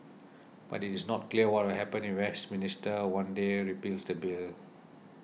but it is not clear what will happen if Westminster one day repeals that bill